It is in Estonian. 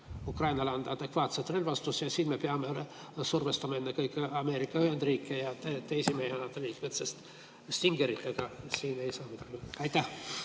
Ukrainale anda adekvaatset relvastust? Ja siin me peame survestama ennekõike Ameerika Ühendriike ja teisi meie liitlasi. Stingeritega siin ei saa midagi. Aitäh!